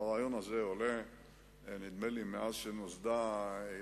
אני רק רוצה להתייחס להערה שאתה